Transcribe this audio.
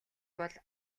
бол